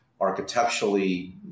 Architecturally